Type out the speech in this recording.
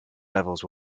levels